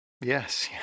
Yes